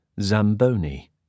Zamboni